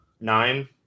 Nine